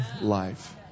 life